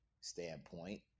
standpoint